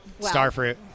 Starfruit